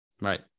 Right